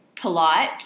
Polite